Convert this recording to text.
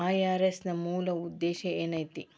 IRS ನ ಮೂಲ್ ಉದ್ದೇಶ ಏನೈತಿ?